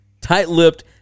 tight-lipped